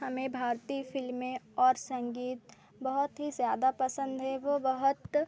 हमें भारती फ़िल्में और संगीत बहुत ही ज़्यादा पसंद है वह बहुत